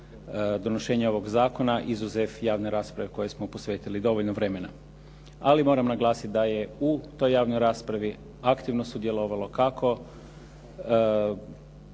donošenja ovog zakona izuzev javne rasprave kojoj smo posvetili dovoljno vremena. Ali moram naglasiti da je u toj javnoj raspravi aktivno sudjelovalo kako